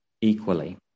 equally